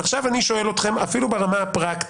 אפילו ברמה הפרקטית,